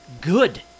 good